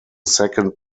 second